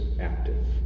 active